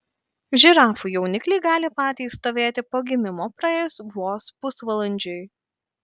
žirafų jaunikliai gali patys stovėti po gimimo praėjus vos pusvalandžiui